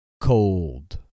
Cold